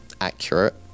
accurate